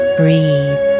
breathe